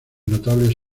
notables